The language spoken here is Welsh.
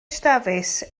dafis